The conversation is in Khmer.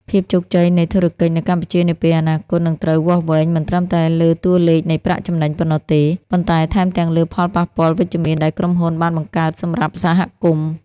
ភាពជោគជ័យនៃធុរកិច្ចនៅកម្ពុជានាពេលអនាគត នឹងត្រូវវាស់វែងមិនត្រឹមតែលើតួលេខនៃប្រាក់ចំណេញប៉ុណ្ណោះទេ ប៉ុន្តែថែមទាំងលើផលប៉ះពាល់វិជ្ជមានដែលក្រុមហ៊ុនបានបង្កើតសម្រាប់សហគមន៍។